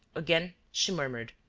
again she murmured,